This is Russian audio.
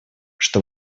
что